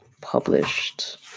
published